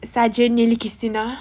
sargent nili qistina